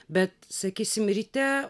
bet sakysim ryte